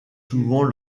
souvent